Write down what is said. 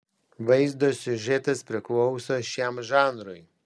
vaizdo siužetas priklauso šiam žanrui